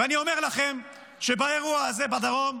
ואני אומר לכם שבאירוע הזה בדרום,